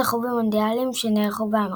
זכו רק במונדיאלים שנערכו באמריקה.